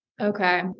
Okay